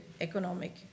economic